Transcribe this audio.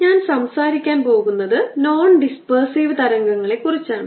ഞാൻ സംസാരിക്കാൻ പോകുന്നത് നോൺഡിസ്പെർസീവ് തരംഗംളെക്കുറിച്ചാണ്